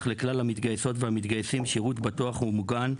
לכלל המתגייסים והמתגייסות שירות בטוח ומוגן,